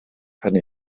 hynny